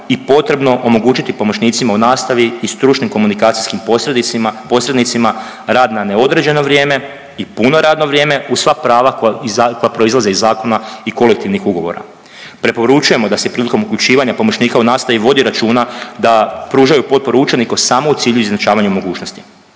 i potrebno omogućiti i pomoćnicima u nastavi i stručnim komunikacijskim posrednicima rad na neodređeno vrijeme i puno radno vrijeme uz sva prava koja proizlaze iz zakona i kolektivnih ugovora. Preporučujemo da se prilikom uključivanja pomoćnika u nastavi vodi računa da pružaju potporu učeniku samo u cilju izjednačavanja mogućnosti.